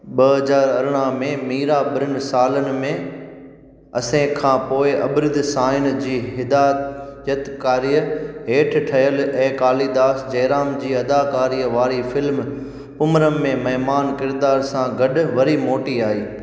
ॿ हज़ीर अरिड़हं में मीरा ॿिनि सालनि जे अर्से खां पोइ अब्रिदु शाइन जी हिदायतकारीअ हेठि ठहियलु ऐं कालिदास जयराम जी अदाकारीअ वारी फ़िल्म पूमरम में महिमान किरिदार सां गॾु वरी मोटी आई